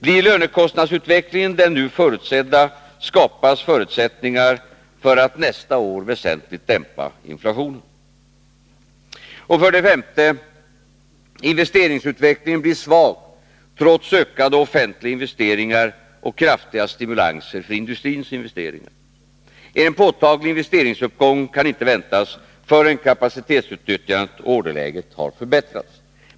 Blir lönekostnadsutvecklingen den nu förutsedda, skapas förutsättningar för att nästa år väsentligt dämpa inflationen. För det femte blir investeringsutvecklingen svag, trots ökade offentliga investeringar och kraftiga stimulanser för industrins investeringar. En påtaglig investeringsuppgång kan inte väntas förrän kapacitetsutnyttjandet och orderläget har förbättrats.